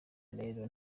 rero